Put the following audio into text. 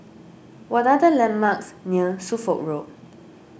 what are the landmarks near Suffolk Road